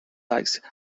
like